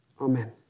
Amen